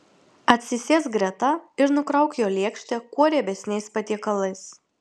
atsisėsk greta ir nukrauk jo lėkštę kuo riebesniais patiekalais